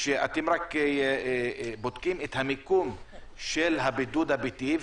המשטרה רק בודקת את המיקום של הבידוד הביתי,